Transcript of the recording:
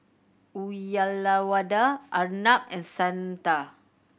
Uyyalawada Arnab and Santha